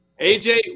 AJ